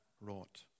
wrought